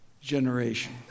generation